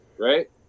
right